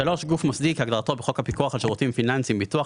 גוף מוסדי כהגדרתו בחוק הפיקוח על שירותים פיננסיים (ביטוח),